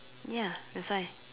ya that's why